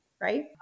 Right